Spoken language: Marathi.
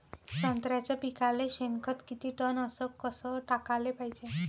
संत्र्याच्या पिकाले शेनखत किती टन अस कस टाकाले पायजे?